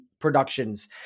productions